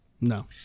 No